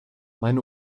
meine